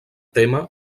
tema